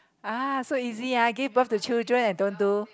ah so easy ah give birth to children and don't do